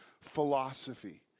philosophy